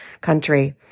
country